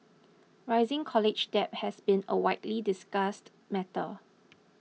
rising college debt has been a widely discussed matter